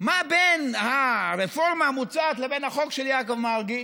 מה בין הרפורמה המוצעת לבין החוק של יעקב מרגי?